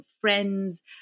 friends